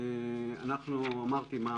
אמרתי מה